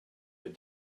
your